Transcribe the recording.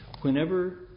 whenever